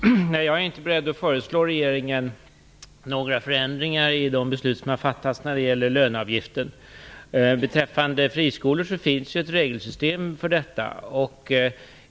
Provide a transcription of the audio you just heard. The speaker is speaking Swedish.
Fru talman! Jag är inte beredd att föreslå regeringen några förändringar i de beslut som har fattats när det gäller löneavgiften. Beträffande friskolor finns ett regelsystem för detta.